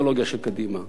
לא בנושא שלום,